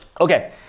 okay